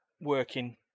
working